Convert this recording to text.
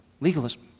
Legalism